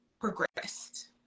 progressed